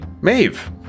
Maeve